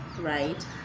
right